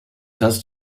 heißt